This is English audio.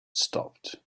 stopped